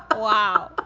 ah wow.